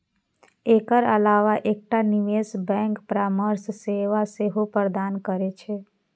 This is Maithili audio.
एकर अलावा एकटा निवेश बैंक परामर्श सेवा सेहो प्रदान करै छै